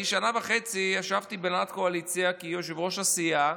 אני שנה וחצי ישבתי בהנהלת הקואליציה כיושב-ראש הסיעה,